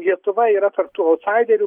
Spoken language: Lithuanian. lietuva yra tarp tų autsaiderių